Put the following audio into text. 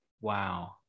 Wow